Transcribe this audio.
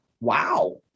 Wow